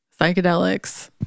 psychedelics